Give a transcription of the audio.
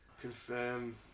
confirm